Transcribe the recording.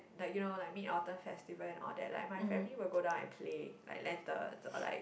like you know like Mid Autumn festival and all that like my family will go down and play like lanterns or like